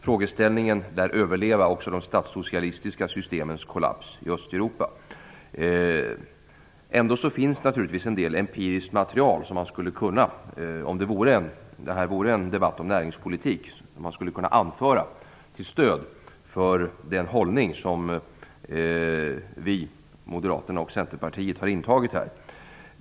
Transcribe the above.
Frågeställningen lär överleva också de statssocialistiska systemens kollaps i Östeuropa. Ändå finns det en del empiriskt material som, om debatten gällde näringspolitik, man skulle kunna anföra till stöd för den hållning som vi i Folkpartiet tillsammans med Moderaterna och Centerpartiet har intagit.